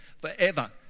forever